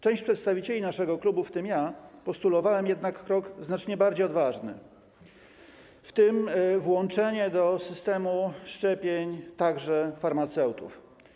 Część przedstawicieli naszego klubu, w tym ja, postulowała jednak krok znacznie bardziej odważny, w tym włączenie do systemu szczepień także farmaceutów.